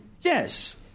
yes